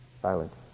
silence